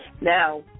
Now